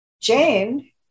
Jane